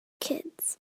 kids